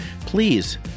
Please